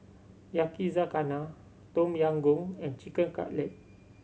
Yakizakana Tom Yam Goong and Chicken Cutlet